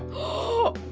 oh,